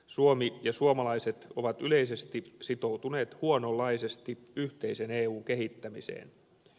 suomi ja suomalaiset ovat yleisesti sitoutuneet huononlaisesti yhteisen eun kehittämiseen